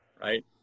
right